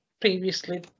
previously